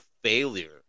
failure